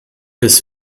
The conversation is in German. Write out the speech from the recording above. bis